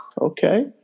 Okay